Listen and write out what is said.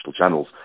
channels